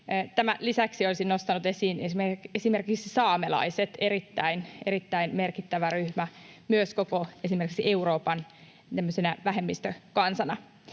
Tämän lisäksi olisin nostanut esiin esimerkiksi saamelaiset: erittäin, erittäin merkittävä ryhmä myös esimerkiksi koko Euroopan tämmöisenä vähemmistökansana.